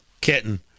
kitten